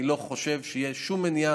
אני לא חושב שתהיה שום מניעה,